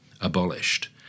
abolished